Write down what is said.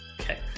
okay